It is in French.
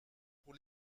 pour